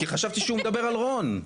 כי חשבתי שהוא מדבר על רון,